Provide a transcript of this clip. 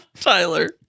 Tyler